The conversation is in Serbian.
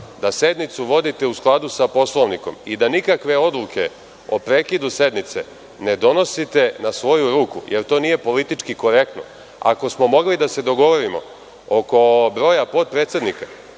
da sednicu vodite u skladu sa Poslovnikom i da nikakve odluke o prekidu sednice ne donosite na svoju ruku jer to nije politički korektno. Ako smo mogli da se dogovorimo oko broja potpredsednika,